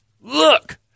Look